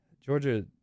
Georgia